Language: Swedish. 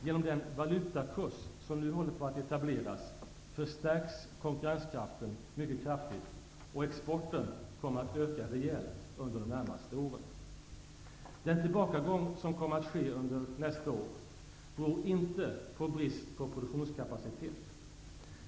Genom den valutakurs som nu håller på att etableras förstärks konkurrenskraften mycket kraftigt, och exporten kommer att öka rejält under de närmaste åren. Den tillbakagång som kommer att ske under nästa år beror inte på brist på produktionskapacitet.